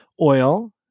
oil